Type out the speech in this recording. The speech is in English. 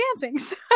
dancing